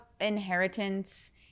inheritance